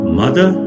mother